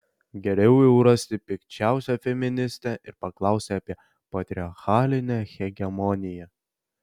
geriau jau rasti pikčiausią feministę ir paklausti apie patriarchalinę hegemoniją